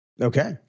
Okay